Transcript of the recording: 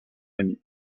remi